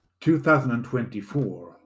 2024